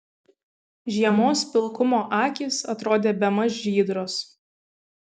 žiemos pilkumo akys atrodė bemaž žydros